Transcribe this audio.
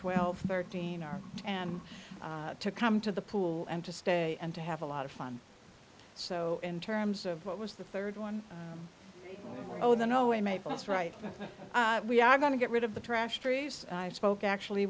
twelve thirteen are and to come to the pool and to stay and to have a lot of fun so in terms of what was the third one oh no way maybe it's right that we are going to get rid of the trash trees spoke actually